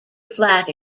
flat